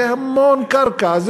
זה המון קרקע.